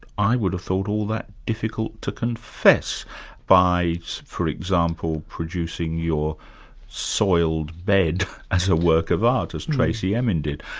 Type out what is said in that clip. i would have thought, all that difficult to confess by for example producing your soiled bed as a work of art, as tracey emin did.